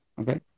Okay